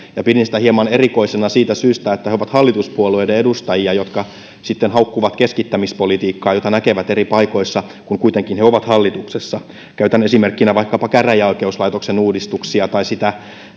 ja pidin sitä hieman erikoisena siitä syystä että he ovat hallituspuolueiden edustajia jotka sitten haukkuvat keskittämispolitiikkaa jota näkevät eri paikoissa kun kuitenkin he ovat hallituksessa käytän esimerkkinä vaikkapa käräjäoikeuslaitoksen uudistuksia tai sitä